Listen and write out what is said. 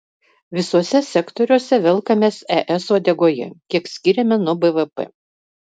visuose sektoriuose velkamės es uodegoje kiek skiriame nuo bvp